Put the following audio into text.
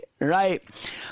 Right